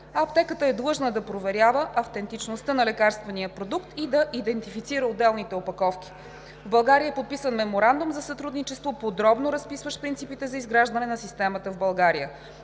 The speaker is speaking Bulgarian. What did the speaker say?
аптеката е длъжна да проверява автентичността на лекарствения продукт и да идентифицира отделните опаковки. В България е подписан Меморандум за сътрудничество, подробно разписващ принципите за изграждане на системата в България.